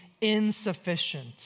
insufficient